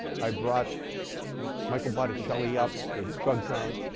i brought michael botticelli up, the drug czar,